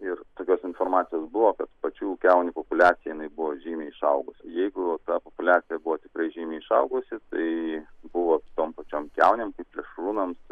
ir tokios informacijos buvo kad pačių kiaunių populiacija jinai buvo žymiai išaugusi jeigu ta populiacija buvo tikrai žymiai išaugusi tai buvo tom pačiom kiaunėm plėšrūnams